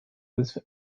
was